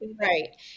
Right